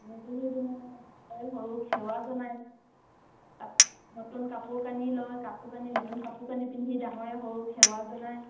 মানুহ বিহুৰ দিনা ডাঙৰে সৰুক সেৱা জনায় নতুন কাপোৰ কানি লয় কাপোৰ কানি নতুন কাপোৰ কানি পিন্ধি ডাঙৰে সৰুক সেৱা জনায়